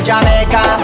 Jamaica